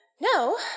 No